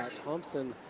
thompson,